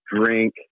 drink